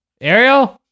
Ariel